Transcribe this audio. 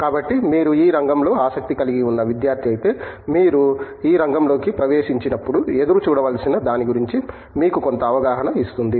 కాబట్టి మీరు ఈ రంగంలో ఆశక్తి కలిగి ఉన్న విద్యార్ధి అయితే మీరు ఈ రంగంలోకి ప్రవేశించినప్పుడు ఎదురుచూడవలసిన దాని గురించి మీకు కొంత అవగాహన ఇస్తుంది